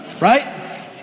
Right